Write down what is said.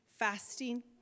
fasting